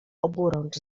oburącz